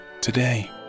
today